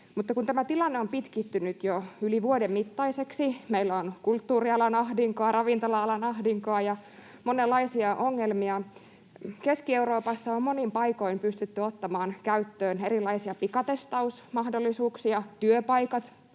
Mutta tämä tilanne on pitkittynyt jo yli vuoden mittaiseksi, meillä on kulttuurialan ahdinkoa, ravintola-alan ahdinkoa ja monenlaisia ongelmia. Keski-Euroopassa on monin paikoin pystytty ottamaan käyttöön erilaisia pikatestausmahdollisuuksia. Työpaikat